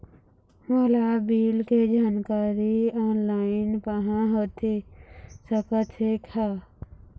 मोला बिल के जानकारी ऑनलाइन पाहां होथे सकत हे का?